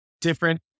different